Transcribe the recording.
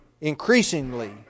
increasingly